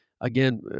Again